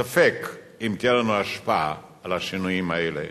ספק אם תהיה לנו השפעה על השינויים האלה,